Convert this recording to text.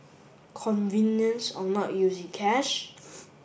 convenience of not using cash